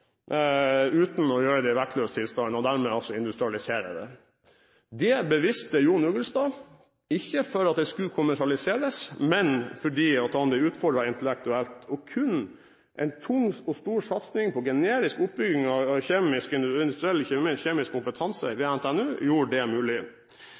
uten å gjøre det i vektløs tilstand – og dermed altså industrialisere det. Det beviste John Ugelstad, ikke fordi det skulle kommersialiseres, men fordi han ble utfordret intellektuelt. Kun en tung og stor satsing på generisk oppbygging av industriell kjemisk